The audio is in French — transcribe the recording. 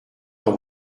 dans